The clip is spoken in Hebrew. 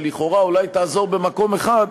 שלכאורה אולי תעזור במקום אחד,